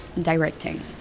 directing